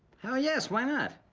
hell yes, why not?